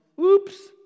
Oops